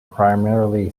primarily